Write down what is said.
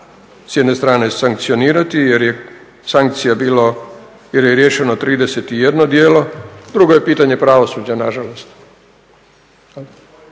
s jedne strane sankcionirati jer je sankcija bilo, jer je riješeno 31 djelo. Drugo je pitanje pravosuđa nažalost.